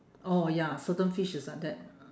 oh ya certain fish is like that